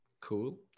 Cool